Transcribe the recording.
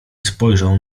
spojrzał